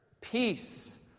...peace